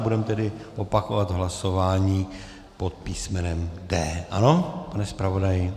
Budeme tedy opakovat hlasování pod písmenem D. Ano, pane zpravodaji?